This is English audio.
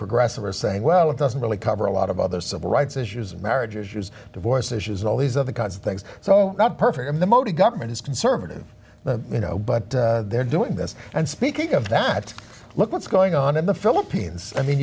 progressive are saying well it doesn't really cover a lot of other civil rights issues and marriage issues to voice issues and all these other kinds of things so not perfect in the mode of government is conservative the you know but they're doing this and speaking of that look what's going on in the philippines i mean